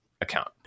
account